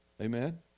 Amen